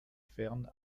fern